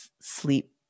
sleep